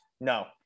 No